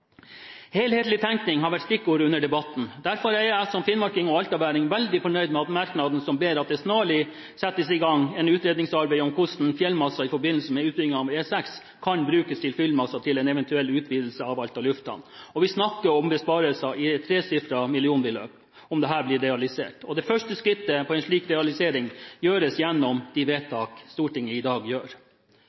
Helhetlig tenkning har vært stikkord under debatten. Derfor er jeg som finnmarking og altaværing veldig fornøyd med merknaden som ber om at det snarlig settes i gang et utredningsarbeid om hvordan fjellmasser i forbindelse med utbygging av E6 kan brukes til fyllmasse til en eventuell utvidelse av Alta lufthavn. Vi snakker om besparelser på tresifret millionbeløp om dette blir realisert. Det første skrittet mot en slik realisering gjøres gjennom de vedtak Stortinget i dag gjør.